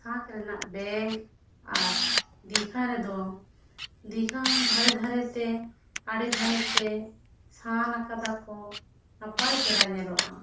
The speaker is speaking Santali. ᱥᱟᱸᱠ ᱨᱮᱱᱟᱜ ᱵᱮᱜᱽ ᱟᱨ ᱫᱤᱜᱷᱟ ᱨᱮᱫᱚ ᱫᱤᱜᱷᱟ ᱫᱷᱟᱨᱮ ᱫᱷᱟᱨᱮ ᱛᱮ ᱟᱲᱮ ᱫᱷᱟᱨᱮ ᱛᱮ ᱥᱟᱱ ᱟᱠᱟᱫᱟᱠᱚ ᱱᱟᱯᱟᱭ ᱪᱮᱦᱨᱟ ᱧᱮᱞᱚᱜ ᱟ